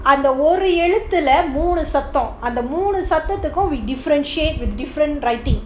அந்தஒருஎழுத்துலமூணுசத்தம்அந்தமூணுசத்தத்துக்கும்:andha oru eluthula moonu satham andha moonu sathathukum we differentiate with different writing